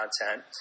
content